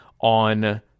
on